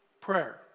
prayer